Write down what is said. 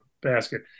basket